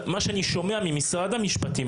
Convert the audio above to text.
מה שאני שומע ממשרד המשפטים,